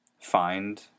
find